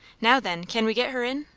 now then can we get her in?